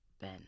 Ben